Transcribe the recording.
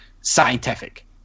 scientific